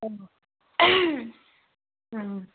অঁ